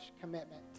commitment